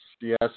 Yes